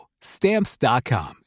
Stamps.com